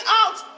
out